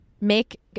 make